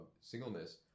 singleness